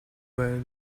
with